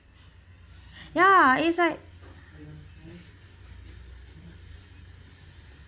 ya it's like